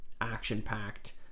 action-packed